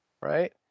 right